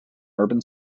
urban